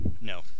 No